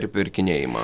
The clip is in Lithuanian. ir pirkinėjimą